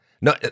No